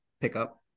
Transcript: pickup